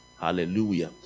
hallelujah